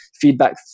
feedback